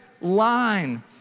line